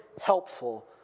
helpful